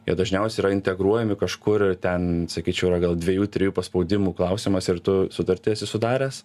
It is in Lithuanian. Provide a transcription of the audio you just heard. jie dažniausiai yra integruojami kažkur ir ten sakyčiau yra gal dviejų trijų paspaudimų klausimas ir tu sutartį esi sudaręs